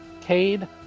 Cade